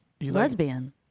Lesbian